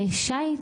שי,